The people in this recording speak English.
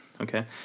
Okay